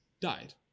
died